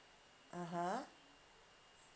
(uh huh)